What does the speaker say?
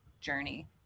journey